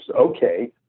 okay